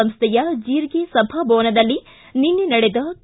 ಸಂಸ್ಥೆಯ ಜೀರಗೆ ಸಭಾಭವನದಲ್ಲಿ ನಿನ್ನೆ ನಡೆದ ಕೆ